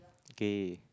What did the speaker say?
day